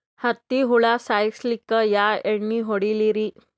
ಹತ್ತಿ ಹುಳ ಸಾಯ್ಸಲ್ಲಿಕ್ಕಿ ಯಾ ಎಣ್ಣಿ ಹೊಡಿಲಿರಿ?